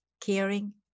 caring